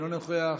אינו נוכח,